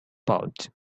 pouch